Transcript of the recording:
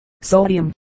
sodium